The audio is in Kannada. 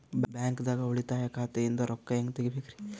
ಬ್ಯಾಂಕ್ದಾಗ ಉಳಿತಾಯ ಖಾತೆ ಇಂದ್ ರೊಕ್ಕ ಹೆಂಗ್ ತಗಿಬೇಕ್ರಿ?